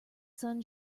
sun